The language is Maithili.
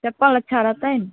चप्पल अच्छा रहतै ने